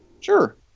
Sure